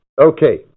Okay